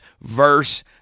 verse